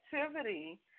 activity